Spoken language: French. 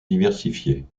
diversifiée